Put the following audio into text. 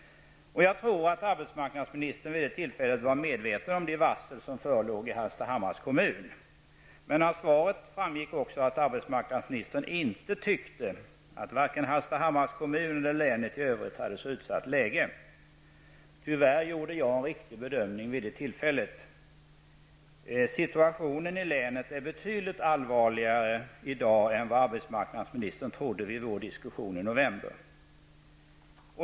Jag tror att arbetsmarknadsministern vid det tillfället var medveten om de varsel som förelåg i Hallstahammars kommun. Men av svaret framgick också att arbetsmarknadsministern inte tyckte att vare sig Hallstahammars kommun eller länet i övrigt hade ett utsatt läge. Tyvärr gjorde jag en riktig bedömning vid det tillfället. Situationen i länet är betydligt allvarligare i dag än vad arbetsmarknadsministern trodde vid vår diskussion i november.